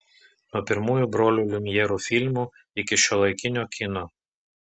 nuo pirmųjų brolių liumjerų filmų iki šiuolaikinio kino